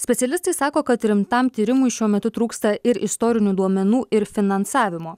specialistai sako kad rimtam tyrimui šiuo metu trūksta ir istorinių duomenų ir finansavimo